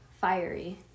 fiery